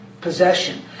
possession